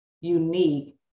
unique